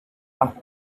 off